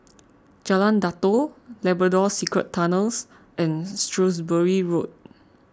Jalan Datoh Labrador Secret Tunnels and Shrewsbury Road